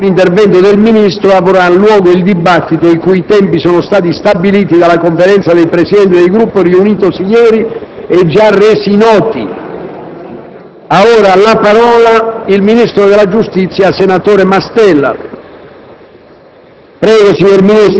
dopo l'intervento del Ministro della giustizia avrà luogo il dibattito, i cui tempi sono stati stabiliti dalla Conferenza dei Presidenti dei Gruppi riunitasi ieri e già resi noti. Ha facoltà di parlare il ministro della giustizia, senatore Mastella.